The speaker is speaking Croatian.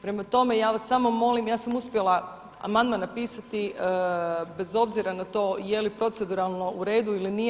Prema tome, ja vas molim, ja sam uspjela amandman napisati bez obzira na to je li proceduralno u redu ili nije.